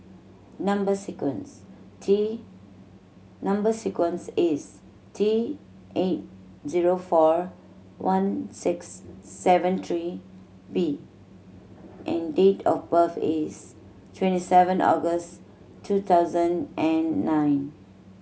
number sequence T number sequence is T eight zero four one six seven three B and date of birth is twenty seven August two thousand and nine